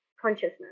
Consciousness